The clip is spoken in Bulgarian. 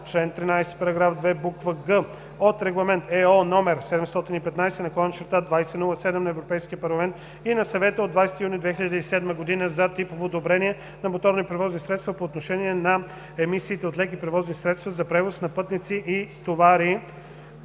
член 13, параграф 2, буква „г“ от Регламент (ЕО) № 715/2007 на Европейския парламент и на Съвета от 20 юни 2007 г. за типово одобрение на моторни превозни средства по отношение на емисиите от леки превозни средства за превоз на пътници и товари